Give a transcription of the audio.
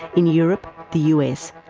in europe, the us,